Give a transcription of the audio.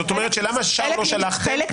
זאת אומרת שלמה שם לא שלחתם?